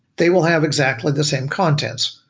they will have exactly the same contents.